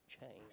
change